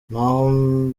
naho